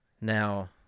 Now